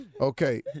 Okay